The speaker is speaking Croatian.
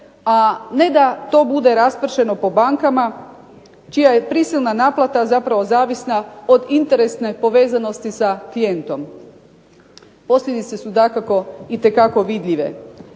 a ne da to bude raspršeno po bankama čija je prisilna naplata zapravo zavisna od interesne povezanosti sa klijentom. Posljedice su dakako itekako vidljive.